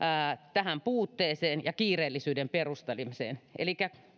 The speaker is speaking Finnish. tähän puutteeseen ja kiireellisyyden perustelemiseen elikkä